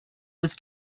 was